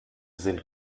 sind